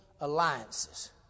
alliances